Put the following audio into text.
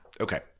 Okay